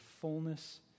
fullness